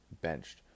benched